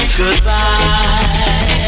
goodbye